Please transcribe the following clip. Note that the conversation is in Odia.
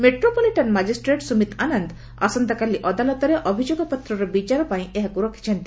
ମେଟ୍ରୋପଲିଟାନ୍ ମାଜିଷ୍ଟ୍ରେଟ୍ ସୁମିତ୍ ଆନନ୍ଦ ଆସନ୍ତାକାଲି ଅଦାଲତରେ ଅଭିଯୋଗପତ୍ରର ବିଚାର ପାଇଁ ଏହାକୁ ରଖିଛନ୍ତି